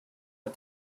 but